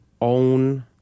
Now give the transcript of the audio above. own